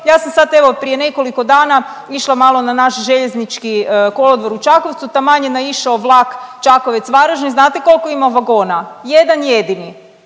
Ja sam sad evo prije nekoliko dana išla malo na naš željeznički kolodvor u Čakovcu. Taman je naišao vlak Čakovec – Varaždin. Znate koliko ima vagona? Jedan jedini,